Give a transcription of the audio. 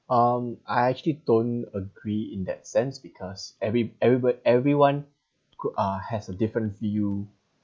um I actually don't agree in that sense because every everybod~ everyone could uh has a different view